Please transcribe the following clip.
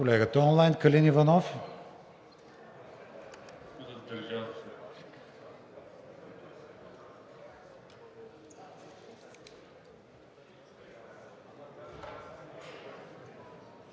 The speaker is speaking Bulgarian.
Колегата онлайн – Калин Иванов?